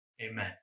Amen